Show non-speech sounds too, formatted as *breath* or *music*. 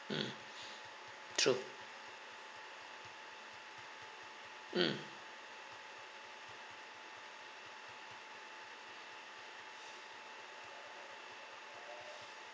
mm *breath* true mm *breath*